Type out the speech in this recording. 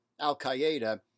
al-Qaeda